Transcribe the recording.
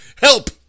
Help